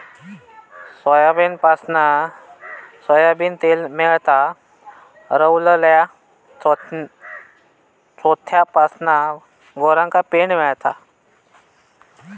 सोयाबीनपासना सोयाबीन तेल मेळता, रवलल्या चोथ्यापासना गोरवांका पेंड मेळता